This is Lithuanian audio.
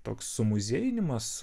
toks sumuziejinimas